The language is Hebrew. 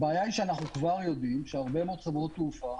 הבעיה היא שאנו כבר יודעים שהרבה מאוד חברות תעופה,